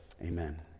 Amen